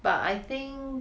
but I think